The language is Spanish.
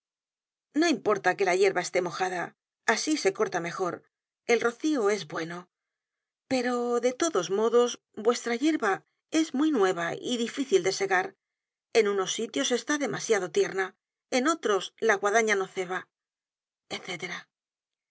no importa que la yerba esté mojada asi se corta mejor el rocío es bueno pero de todos modos vuestra yerba es muy nueva y difícil de segar en unos sitios está demasiado tierna en otros la guadaña no ceba etc